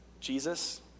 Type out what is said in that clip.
Jesus